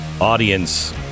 audience